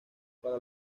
para